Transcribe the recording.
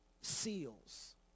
seals